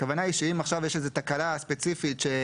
הכוונה היא שאם יש איזו תקלה ספציפית או